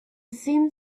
seemed